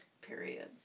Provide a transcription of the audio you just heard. Period